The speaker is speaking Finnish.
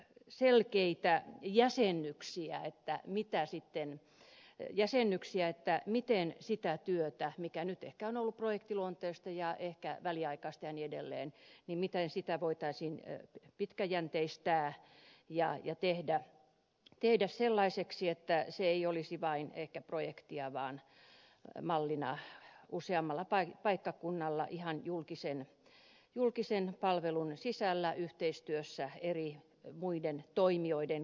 n sel kiittää jäsenyyksiä analysoitu ja laadittu selkeitä jäsennyksiä miten sitä työtä mikä ehkä nyt on ollut projektiluontoista ja ehkä väliaikaista ja niin edelleen voitaisiin pitkäjänteistää ja tehdä sellaiseksi että se ei olisi vain ehkä projektia vaan mallina useammalla paikkakunnalla ihan julkisen palvelun sisällä yhteistyössä eri toimijoiden kanssa